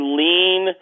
lean